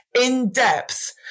in-depth